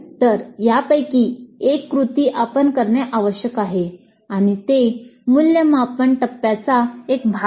तर या पैकी एक कृती आपण करणे आवश्यक आहे आणि ते मूल्यमापन टप्प्याचा एक भाग आहे